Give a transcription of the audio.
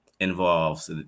involves